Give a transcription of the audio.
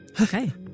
Okay